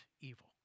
evil